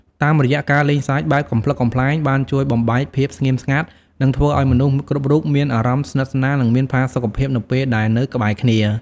តាមរយៈការលេងសើចបែបកំប្លុកកំប្លែងបានជួយបំបែកភាពស្ងៀមស្ងាត់ និងធ្វើឱ្យមនុស្សគ្រប់រូបមានអារម្មណ៍ស្និទ្ធស្នាលនិងមានផាសុខភាពនៅពេលដែលនៅក្បែរគ្នា។